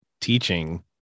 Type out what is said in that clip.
teaching